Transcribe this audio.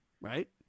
right